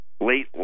late